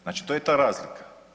Znači to je ta razlika.